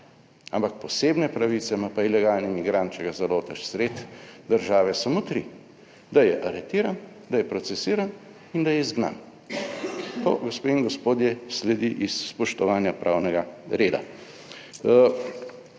Ampak posebne pravice ima pa ilegalni migrant, če ga zalotiš sredi države, samo tri, da je aretiran, da je procesiran, in da je izgnan. To, gospe in gospodje, sledi iz spoštovanja pravnega reda.